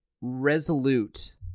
resolute